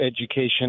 education